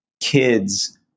kids